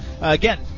again